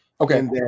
okay